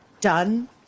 done